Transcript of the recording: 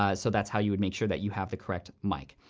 ah so that's how you would make sure that you have the correct mic.